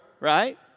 right